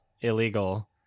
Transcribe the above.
illegal